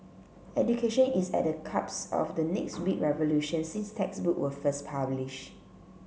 education is at the cups of the next big revolution since textbooks were first published